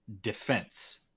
defense